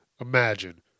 imagine